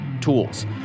tools